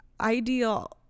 ideal